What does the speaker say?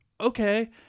okay